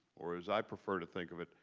or as i prefer to think of it,